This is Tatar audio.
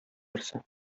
берсе